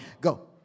Go